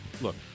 look